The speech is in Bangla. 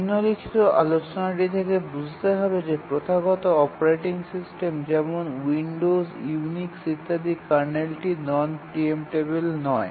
নিম্নলিখিত আলোচনাটি থেকে বুঝতে হবে যে প্রথাগত অপারেটিং সিস্টেম যেমন উইন্ডোজ ইউনিক্স ইত্যাদি কার্নেলটি নন প্রিএম্পটেবিল হয়